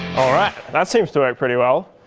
alright that seems to work pretty well,